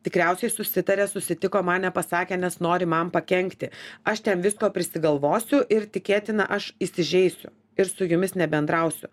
tikriausiai susitarė susitiko man nepasakė nes nori man pakenkti aš ten visko prisigalvosiu ir tikėtina aš įsižeisiu ir su jumis nebendrausiu